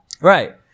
Right